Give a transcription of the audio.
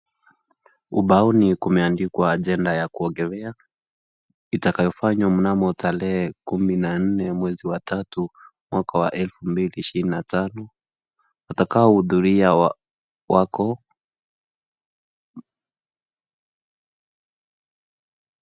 Ubaoni kumeandikwa agenda ya kuongelea, itafanywa mnamo tarehe kumi na nne, mwezi wa tatu, mwaka wa elfu mbili ishirini na tano, watakao hudhuria wako.